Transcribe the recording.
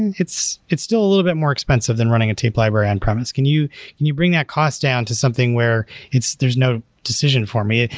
and it's it's still a little bit more expensive than running a tape library on-premise. can you you bring that cost down to something where there's no decision for me.